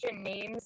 names